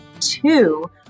two